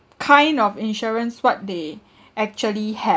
kind of insurance what they actually have